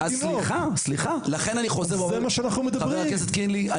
זה בדיוק מה שאנחנו מדברים עליו.